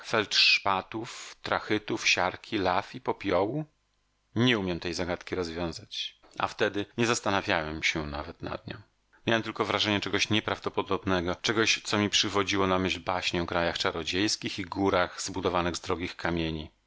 kraterach feldszpatów trachytów siarki law i popiołu nie umiem tej zagadki rozwiązać a wtedy nie zastanawiałem się nawet nad nią miałem tylko wrażenie czegoś nieprawdopodobnego czegoś co mi przywodziło na myśl baśnie o krajach czarodziejskich i górach zbudowanych z drogich kamieni